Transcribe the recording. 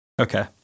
Okay